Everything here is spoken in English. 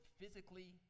physically